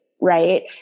Right